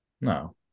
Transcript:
No